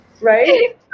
Right